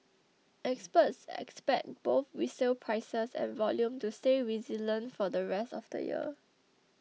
experts expect both resale prices and volume to stay resilient for the rest of the year